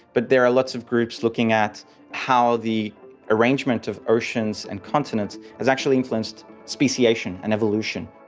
but there are lots of groups looking at how the arrangement of oceans and continents has actually influenced speciation and evolution.